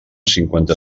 cinquanta